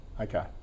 Okay